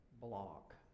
block